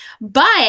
But-